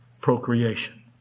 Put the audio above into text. procreation